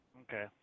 Okay